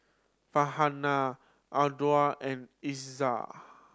Farhanah Anuar and Izzat